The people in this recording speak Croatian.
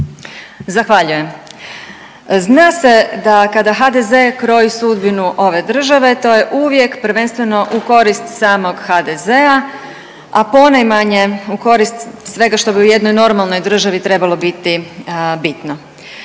Zahvaljujem. Zna se da kada HDZ kroji sudbinu ove države to je uvijek prvenstveno u korist samog HDZ-a, a ponajmanje u korist svega što bi u jednoj normalnoj državi trebalo biti bitno.